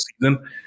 season